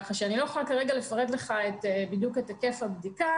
אני לא יכולה כרגע לפרט לך בדיוק את היקף הבדיקה